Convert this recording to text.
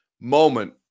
moment